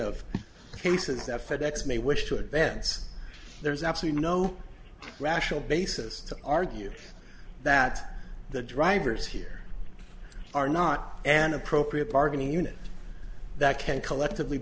of cases that fed ex may wish to advance there's absolutely no rational basis to argue that the drivers here are not an appropriate bargaining unit that can collectively